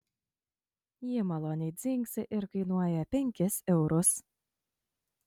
ji maloniai dzingsi ir kainuoja penkis eurus